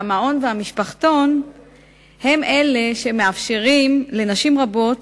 המעון והמשפחתון הם שמאפשרים לנשים רבות